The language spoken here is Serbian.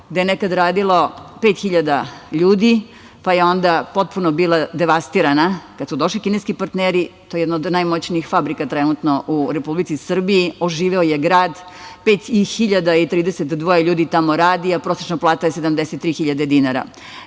je nekada radilo 5.000 ljudi, pa je onda potpuno bila devastirana. Kada su došli kineski partneri, to je jedna od najmoćnijih fabrika trenutno u Republici Srbiji. Oživeo je grad. Tamo radi 5.032 ljudi, a prosečna plata je 73.000 dinara. Takođe,